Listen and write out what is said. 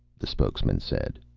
the spokesman said.